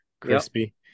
crispy